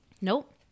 nope